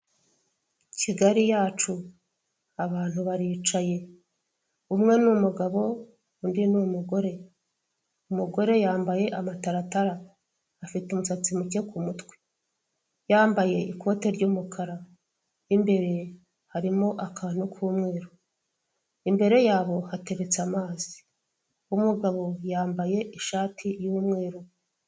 Kigali yacu abantu baricaye, umwe ni umugabo undi ni umugore. Umugore yambaye amataratara afite umusatsi mucye ku mutwe, yambaye ikote ry'umukara imbere harimo akantu k'umweru. Imbere yaho hateretse akantu karimo amazi, umugabo yambaye ishati y'umweru.